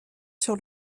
sur